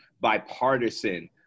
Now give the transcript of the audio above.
bipartisan